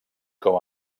com